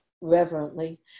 reverently